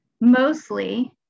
mostly